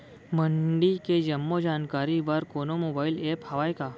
मंडी के जम्मो जानकारी बर कोनो मोबाइल ऐप्प हवय का?